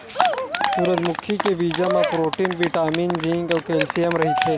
सूरजमुखी के बीजा म प्रोटीन, बिटामिन, जिंक अउ केल्सियम रहिथे